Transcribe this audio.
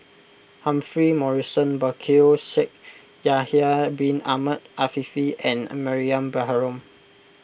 Humphrey Morrison Burkill Shaikh Yahya Bin Ahmed Afifi and Mariam Baharom